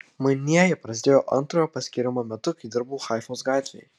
manieji prasidėjo antrojo paskyrimo metu kai dirbau haifos gatvėje